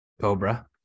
cobra